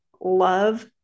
love